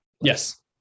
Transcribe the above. yes